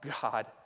God